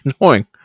annoying